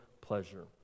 pleasure